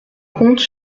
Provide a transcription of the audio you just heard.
compte